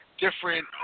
different